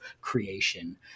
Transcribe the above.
creation